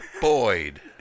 Boyd